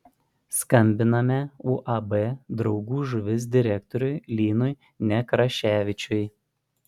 skambiname uab draugų žuvis direktoriui linui nekraševičiui